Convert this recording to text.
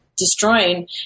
destroying